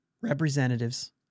representatives